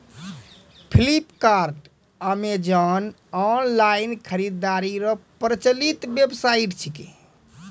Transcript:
Flipkart Amazon online खरीदारी रो प्रचलित वेबसाइट छिकै